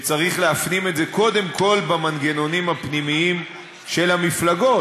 שצריך להפנים את זה קודם כול במנגנונים הפנימיים של המפלגות,